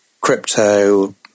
crypto